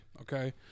okay